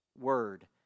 word